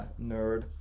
nerd